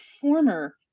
former